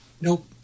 Nope